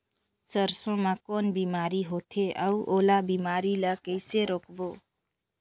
सरसो मा कौन बीमारी होथे अउ ओला बीमारी ला कइसे रोकबो?